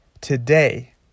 Today